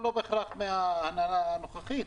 לא בהכרח מההנהלה הנוכחית,